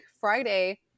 Friday